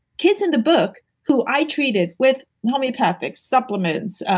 kids in the book who i treated with homeopathic supplements,